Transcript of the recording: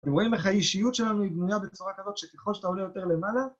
אתם רואים איך האישיות שלנו היא בנויה בצורה כזאת שככל שאתה עולה יותר למעלה